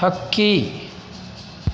ಹಕ್ಕಿ